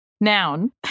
Noun